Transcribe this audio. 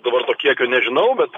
dabar to kiekio nežinau bet